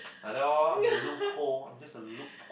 like that loh a loophole just a loop